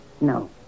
No